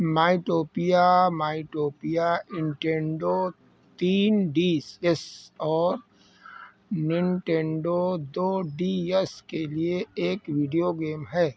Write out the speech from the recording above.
Miitopia Miitopia Nintendo तीन D S और Nintendo दो डी एस के लिए एक वीडियो गेम है